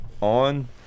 on